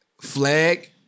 flag